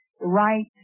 right